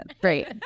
Great